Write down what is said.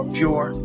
pure